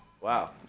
Wow